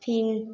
फिर